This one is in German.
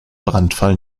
brandfall